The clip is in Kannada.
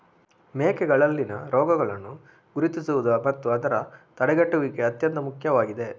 ಮೇಕೆಗಳಲ್ಲಿನ ರೋಗಗಳನ್ನು ಗುರುತಿಸುವುದು ಮತ್ತು ಅದರ ತಡೆಗಟ್ಟುವಿಕೆ ಅತ್ಯಂತ ಮುಖ್ಯವಾಗಿದೆ